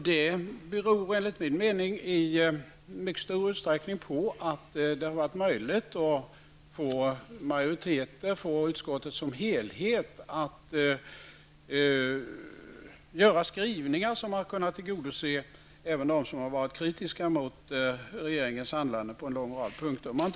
Det beror i mycket stor utsträckning på att det har varit möjligt att i utskottet komma fram till skrivningar som har kunnat tillgodose önskemål även från dem som har varit kritiska mot regeringens handlande på en rad punkter.